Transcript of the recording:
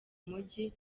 mujyi